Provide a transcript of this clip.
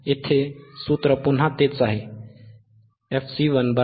इथे सूत्र पुन्हा तेच आहे fC112πRC1